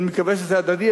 אני מקווה שזה הדדי.